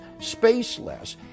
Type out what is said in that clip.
spaceless